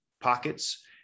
pockets